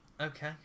okay